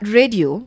radio